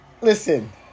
Listen